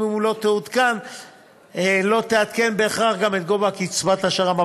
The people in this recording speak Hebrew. לא תעדכן בהכרח גם את קצבת השר"מ.